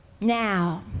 Now